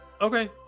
Okay